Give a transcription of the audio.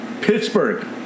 Pittsburgh